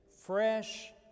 fresh